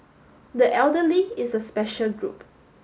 the elderly is a special group